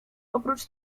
oprócz